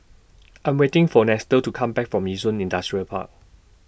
I Am waiting For Nestor to Come Back from Yishun Industrial Park